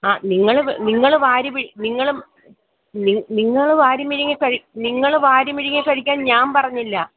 ആ നിങ്ങൾ വ് നിങ്ങൾ വാരി വി നിങ്ങൾ നിങ്ങൾ വാരി വിഴുങ്ങിക്കഴി നിങ്ങൾ വാരി വിഴുങ്ങി ക്കഴിക്കാൻ ഞാൻ പറഞ്ഞില്ല